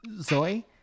Zoe